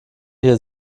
hier